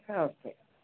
ಹಾಂ ಓಕೆ